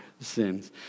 sins